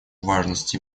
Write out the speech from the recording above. важность